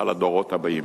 על הדורות הבאים.